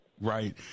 Right